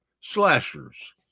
Slashers